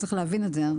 צריך להבין את זה.